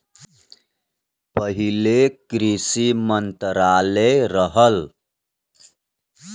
पहिले कृषि मंत्रालय रहल